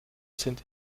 sind